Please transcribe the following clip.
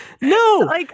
No